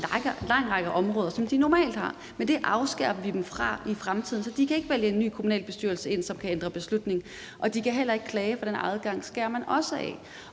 en lang række områder, som de normalt har, men det afskærer vi dem fra i fremtiden, for de kan ikke vælge en ny kommunalbestyrelse ind, som kan ændre beslutningen, og de kan heller ikke klage, for den adgang skærer man også af.